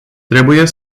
trebuie